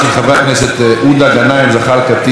של חברי הכנסת איימן עודה,